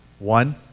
One